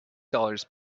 dollars